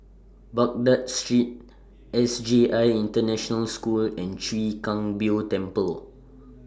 Baghdad Street S J I International School and Chwee Kang Beo Temple